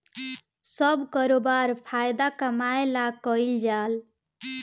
सब करोबार फायदा कमाए ला कईल जाल